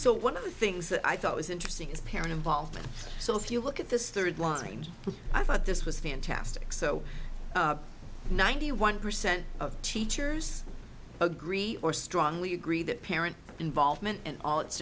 so one of the things that i thought was interesting is parent involvement so if you look at this third line and i thought this was fantastic so ninety one percent of teachers agree or strongly agree that aaron involvement in all it